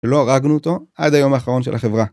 שלא הרגנו אותו עד היום האחרון של החברה.